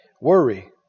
Worry